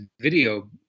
video